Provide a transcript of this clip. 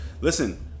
listen